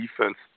defense